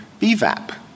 BVAP